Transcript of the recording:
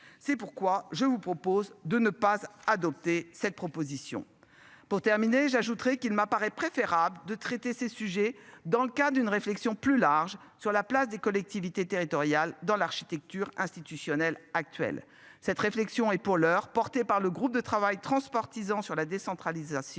C'est pourquoi je vous propose de ne pas adopter cette proposition. Pour terminer, j'ajouterais qu'il m'apparaît préférable de traiter ces sujets dans le cas d'une réflexion plus large sur la place des collectivités territoriales dans l'architecture institutionnelle actuelle. Cette réflexion est pour l'heure, porté par le groupe de travail transpartisan sur la décentralisation.